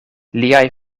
liaj